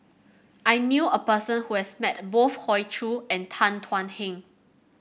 I knew a person who has met both Hoey Choo and Tan Thuan Heng